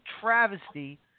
travesty